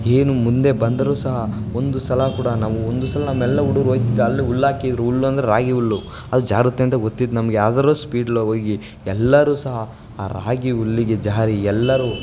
ಏನು ಮುಂದೆ ಬಂದರು ಸಹ ಒಂದು ಸಲ ಕೂಡ ನಾವು ಒಂದು ಸಲ ನಮ್ಮೆಲ್ಲಾ ಹುಡುಗ್ರ್ ಓಯ್ತಿದ್ದ ಅಲ್ಲಿ ಹುಲ್ ಹಾಕಿದ್ರು ಹುಲ್ಲು ಅಂದರೆ ರಾಗಿ ಹುಲ್ಲು ಅದು ಜಾರುತ್ತೆ ಅಂತ ಗೊತ್ತಿತ್ತು ನಮಗೆ ಆದರೂ ಸ್ಪೀಡಲ್ಲಿ ಹೋಗಿ ಎಲ್ಲರೂ ಸಹ ಆ ರಾಗಿ ಹುಲ್ಲಿಗೆ ಜಾರಿ ಎಲ್ಲರೂ